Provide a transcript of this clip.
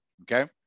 okay